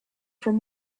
from